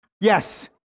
Yes